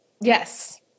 Yes